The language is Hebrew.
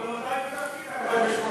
אבל הוא עדיין בתפקיד 48 שעות.